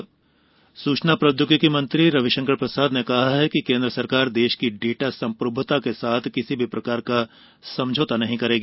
data संप्रमुत्ता सूचना प्रौद्योगिकी मंत्री रविशंकर प्रसाद ने कहा है कि केन्द्र सरकार देश की डेटा संप्रभुत्ता के साथ किसी भी प्रकार का समझौता बर्दाश्त नहीं करेगी